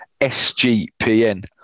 SGPN